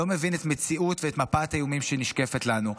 לא מבין את המציאות ואת מפת האיומים שנשקפת לנו.